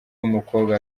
w’umukobwa